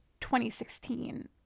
2016